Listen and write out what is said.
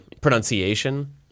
pronunciation